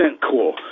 cool